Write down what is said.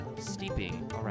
Steeping